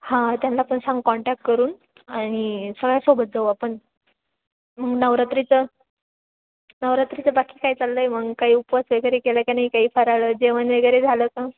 हां त्यांना पण सांग कॉन्टॅक करून आणि सगळ्या सोबत जाऊ आपण मग नवरात्रीचं नवरात्रीचं बाकी काय चाललं आहे मग काही उपवास वगैरे केला का नाही काही फराळ जेवण वगैरे झालं कां